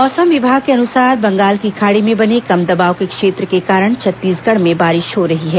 मौसम विभाग के अनुसार बंगाल की खाड़ी में बने कम दबाव के क्षेत्र के कारण छत्तीसगढ़ में बारिश हो रही है